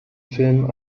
film